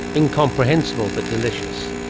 incomprehensible but delicious,